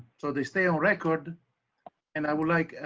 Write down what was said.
so they stay on record and i would like,